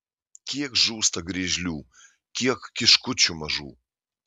kiek žūsta griežlių kiek kiškučių mažų